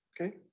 okay